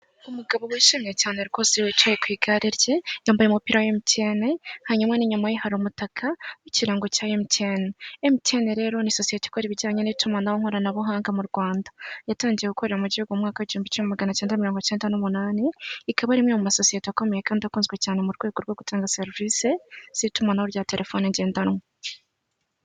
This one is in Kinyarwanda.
Umugabo wishimye cyane rwose wicaye ku igare rye yambaye umupira wa emutiyene (MTN ) hanyuma n'inyuma ye hari umutaka ikirango cya emutiyene( MTN) . Emutiyene ( MTN) rero ni sosiyete ikora ibijyanye n'itumanaho ,ikoranabuhanga mu Rwanda yatangiye gukorera mu gihugu mu mwaka w'ibihumbi bibiri na magana acyenda mirongo cyenda n'umunani (1998) .Ikaba ari imwe mu masosiyete akomeye kandi akunzwe cyane mu rwego rwo gutanga serivisi z'itumanaho rya terefoni ngendanwa.